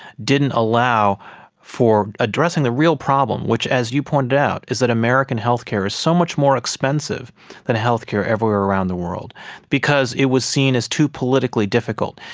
didn't allow for addressing the real problem which, as you pointed out, is that american healthcare is so much more expensive than healthcare everywhere around the world because it was seen as too politically difficult.